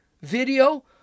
video